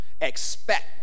expect